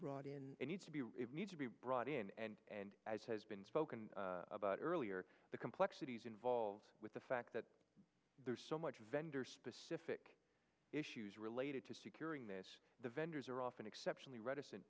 brought in a need to be it need to be brought in and and as has been spoken about earlier the complexities involved with the fact that there's so much vendor specific issues related to securing that the vendors are often exceptionally reticent